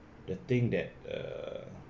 the thing that err